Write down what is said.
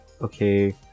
okay